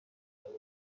شلوار